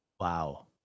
Wow